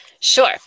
Sure